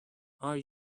are